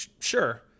Sure